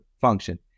function